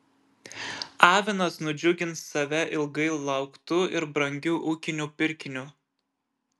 avinas nudžiugins save ilgai lauktu ir brangiu ūkiniu pirkiniu